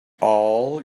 all